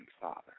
Father